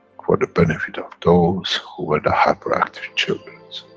for the benefit of those who were the hyperactive children's.